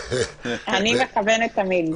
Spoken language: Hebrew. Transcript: אני מכוונת תמיד.